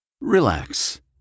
Relax